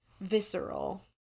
visceral